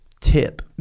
tip